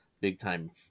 big-time